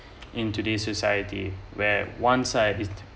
in today's society where one side